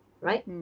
right